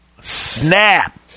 snap